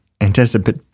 anticipate